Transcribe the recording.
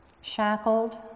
Shackled